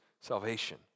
salvation